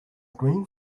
green